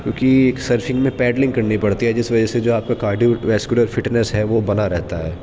کیوںکہ ایک سرفنگ میں پیڈلنگ کرنی پڑتی ہے جس وجہ سے جو آپ کا کارڈیو ویسکولر فٹنس ہے وہ بنا رہتا ہے